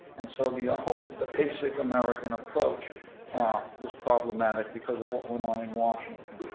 and so the ah whole, the basic american approach ah was problematic because of what went on in washington.